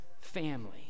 family